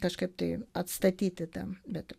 kažkaip tai atstatyti ten bet